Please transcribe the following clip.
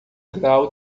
grau